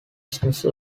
station